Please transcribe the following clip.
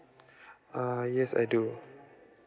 err yes I do